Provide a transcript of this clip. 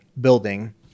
building